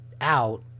out